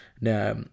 Now